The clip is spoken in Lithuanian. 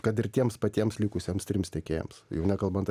kad ir tiems patiems likusiems trims tiekėjams jau nekalbant